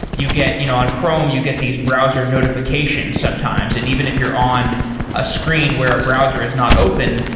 you get you know on chrome, you get these browser notifications sometimes and even if you're on a screen where a browser is not open,